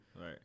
right